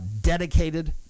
dedicated